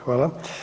Hvala.